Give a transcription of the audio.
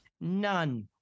none